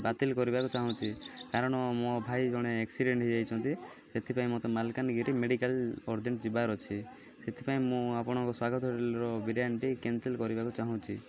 ବାତିଲ କରିବାକୁ ଚାହୁଁଛି କାରଣ ମୋ ଭାଇ ଜଣେ ଆକ୍ସିଡେଣ୍ଟ ହେଇଯାଇଛନ୍ତି ସେଥିପାଇଁ ମୋତେ ମାଲକାନଗିରି ମେଡ଼ିକାଲ ଅର୍ଜେଣ୍ଟ ଯିବାର ଅଛି ସେଥିପାଇଁ ମୁଁ ଆପଣଙ୍କ ସ୍ଵାଗତ ହୋଟେଲ୍ର ବିରିୟାନୀଟି କ୍ୟାନସେଲ୍ କରିବାକୁ ଚାହୁଁଛି